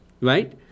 Right